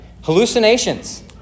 Hallucinations